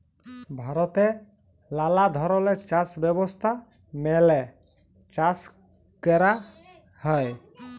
ভারতে লালা ধরলের চাষ ব্যবস্থা মেলে চাষ ক্যরা হ্যয়